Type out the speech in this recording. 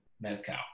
Mezcal